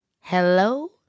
Hello